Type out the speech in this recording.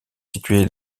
situé